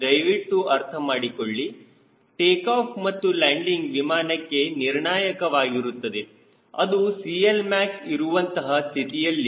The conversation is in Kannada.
ದಯವಿಟ್ಟು ಅರ್ಥ ಮಾಡಿಕೊಳ್ಳಿ ಟೇಕಾಫ್ ಮತ್ತು ಲ್ಯಾಂಡಿಂಗ್ ವಿಮಾನಕ್ಕೆ ನಿರ್ಣಾಯಕವಾಗಿರುತ್ತದೆ ಅದು CLmax ಇರುವಂತಹ ಸ್ಥಿತಿಯಲ್ಲಿ